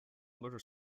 motor